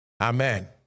Amen